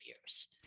years